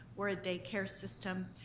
we're a daycare system.